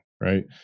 right